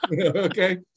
Okay